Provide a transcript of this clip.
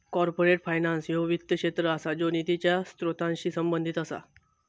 corporate finance ह्यो वित्त क्षेत्र असा ज्यो निधीच्या स्त्रोतांशी संबंधित असा